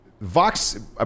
Vox